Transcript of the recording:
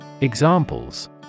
Examples